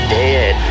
dead